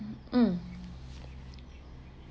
um